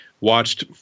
Watched